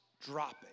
dropping